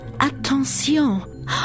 attention